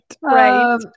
Right